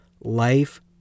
life